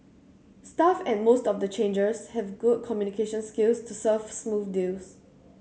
staff at most of the changers have good communication skills to serve smooth deals